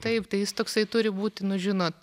taip tai jis toksai turi būti nu žinot